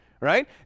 Right